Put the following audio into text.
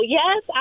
yes